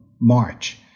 March